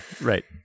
right